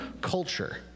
culture